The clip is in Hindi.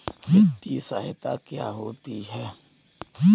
वित्तीय सहायता क्या होती है?